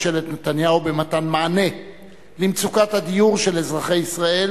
תודה למזכירת הכנסת.